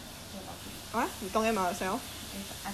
女孩子 actually more 咯嗦 if you think about it